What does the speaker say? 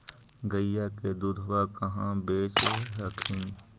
गईया के दूधबा कहा बेच हखिन?